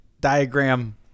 Diagram